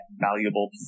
valuable